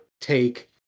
take